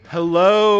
Hello